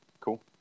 Cool